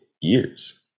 years